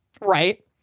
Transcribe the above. Right